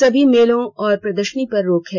सभी मेलों और प्रदर्शनी पर रोक है